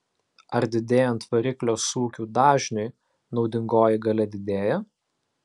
ar didėjant variklio sūkių dažniui naudingoji galia didėja